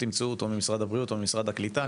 ממשרד הבריאות או משרד הקליטה,